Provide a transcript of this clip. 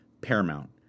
paramount